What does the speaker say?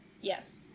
Yes